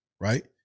right